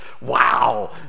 Wow